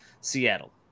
Seattle